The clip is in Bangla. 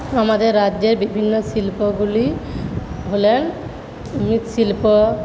আমাদের রাজ্যের বিভিন্ন শিল্পগুলি হল মৃৎশিল্প